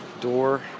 Door